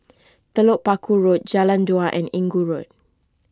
Telok Paku Road Jalan Dua and Inggu Road